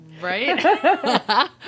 Right